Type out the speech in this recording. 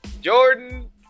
Jordan